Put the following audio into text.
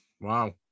Wow